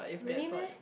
really meh